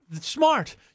Smart